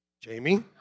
Jamie